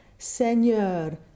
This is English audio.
Seigneur